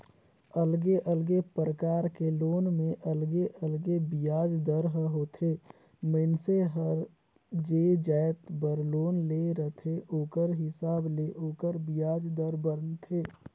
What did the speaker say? अलगे अलगे परकार के लोन में अलगे अलगे बियाज दर ह होथे, मइनसे हर जे जाएत बर लोन ले रहथे ओखर हिसाब ले ओखर बियाज दर बनथे